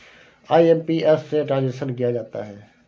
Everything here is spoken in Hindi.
आई.एम.पी.एस से ट्रांजेक्शन किया जाता है